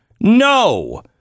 No